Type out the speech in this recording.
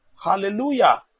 Hallelujah